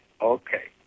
Okay